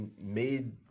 made